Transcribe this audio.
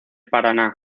paraná